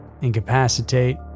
incapacitate